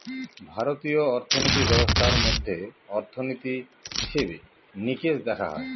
ভারতীয় অর্থিনীতি ব্যবস্থার মধ্যে অর্থনীতি, হিসেবে নিকেশ দেখা হয়